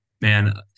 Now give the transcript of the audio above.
man